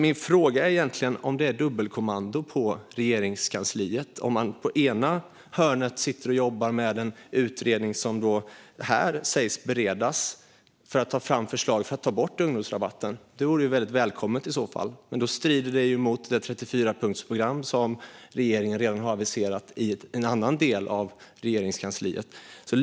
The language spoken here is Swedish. Min fråga är om det är dubbelkommando på Regeringskansliet och om man sitter i en del och jobbar med en utredning, som här sägs beredas, för att ta fram förslag om att ta bort ungdomsrabatten. Detta vore i så fall väldigt välkommet, men då strider det mot det 34-punktsprogram som regeringen redan har aviserat i en annan del av Regeringskansliet.